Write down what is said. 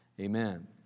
amen